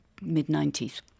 mid-90s